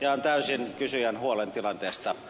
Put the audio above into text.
jaan täysin kysyjän huolen tilanteesta